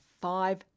five